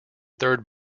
third